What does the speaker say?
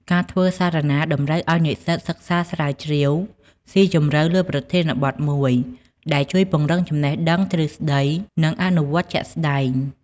ការធ្វើសារណាតម្រូវឲ្យនិស្សិតសិក្សាស្រាវជ្រាវស៊ីជម្រៅលើប្រធានបទមួយ ដែលជួយពង្រឹងចំណេះដឹងទ្រឹស្ដី និងអនុវត្តជាក់ស្តែង។